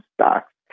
stocks